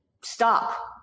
stop